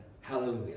Hallelujah